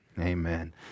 amen